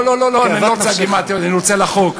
לא, אני לא רוצה על גימטריות, אני רוצה על החוק.